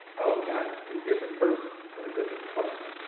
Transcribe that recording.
i was not a different person but a different questioner.